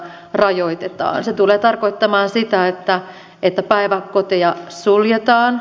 se tulee tarkoittamaan sitä että päiväkoteja suljetaan